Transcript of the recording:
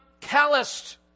calloused